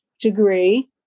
degree